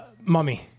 Mummy